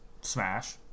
smash